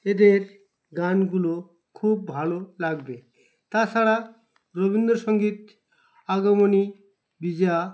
এদের গানগুলো খুব ভালো লাগবে তাছাড়া রবীন্দ্রসঙ্গীত আগমণী বিজয়া